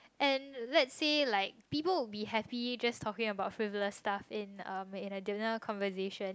and let's say like people would be happy just talking about frivolous stuff in a may in a dinner conversation